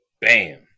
Bam